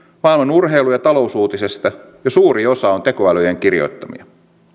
maailman urheilu ja talousuutisista jo suuri osa on teko älyjen kirjoittamia